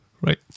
right